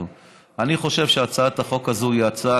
אני חושב שהצעת החוק הזאת היא הצעה